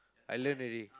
I learn already